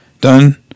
done